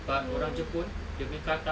but orang jepun dia punya kata